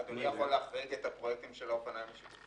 אדוני יכול להחריג את הפרויקטים של האופניים החשמליים?